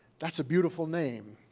that's a beautiful name,